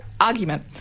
argument